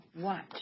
watch